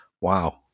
wow